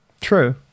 True